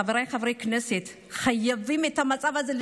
חבריי חברי הכנסת, חייבים לשנות את המצב הזה.